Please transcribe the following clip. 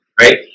right